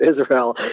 Israel